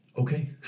okay